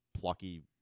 plucky